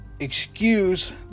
excuse